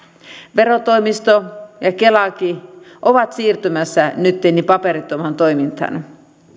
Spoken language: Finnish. verotoimisto ja kelakin ovat siirtymässä nytten paperittomaan toimintaan